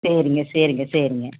சரிங்க சரிங்க சரிங்க